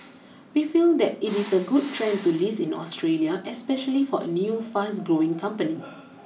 we feel that it is a good trend to list in Australia especially for a new fast growing company